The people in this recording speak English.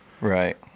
Right